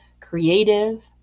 creative